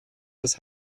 das